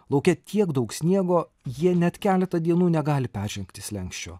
lauke tiek daug sniego jie net keletą dienų negali peržengti slenksčio